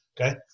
okay